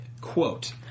Quote